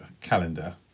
calendar